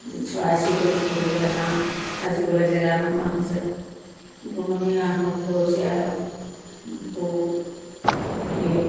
চৰাই চিৰিকটি থাকিবলৈ বাঁহ সাজিবলৈ জেগা নোহোৱা হৈছে বনৰীয়াই হওক ঘৰচিয়াই হওক বহুত হেৰিয়ত